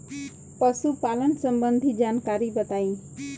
पशुपालन सबंधी जानकारी बताई?